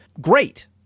great